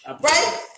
right